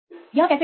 यह कैसे करना है